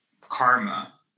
karma